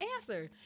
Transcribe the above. answer